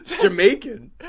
jamaican